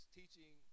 teaching